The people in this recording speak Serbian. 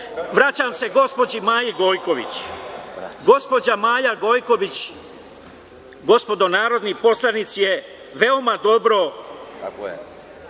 se gospođi Maji Gojković. Gospođa Maja Gojković, gospodo narodni poslanici, se veoma dobro